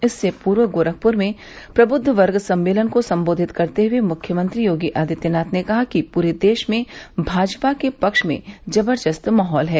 इससे पूर्व गोरखपुर में प्रबृद्व वर्ग सम्मेलन को सम्बोधित करते हुए मुख्यमंत्री योगी आदित्यनाथ ने कहा कि पूरे देश में भाजपा के पक्ष में जबरदस्त माहौत है